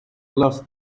lost